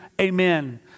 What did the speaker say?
Amen